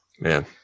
man